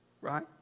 right